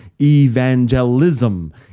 evangelism